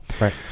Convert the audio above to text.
Right